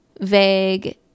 vague